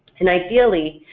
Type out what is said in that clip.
and ideally,